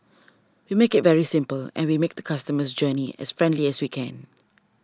we make it very simple and we make the customer's journey as friendly as we can